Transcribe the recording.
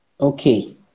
Okay